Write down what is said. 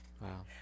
Wow